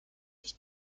nicht